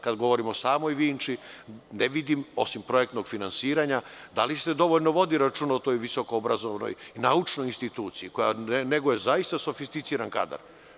Kada govorimo o samoj Vinči, ne vidim, osim projektnog finansiranja, da li se dovoljno vodi računa o toj visokoobrazovnoj i naučnoj instituciji koja neguje zaista sofisticiran kadar?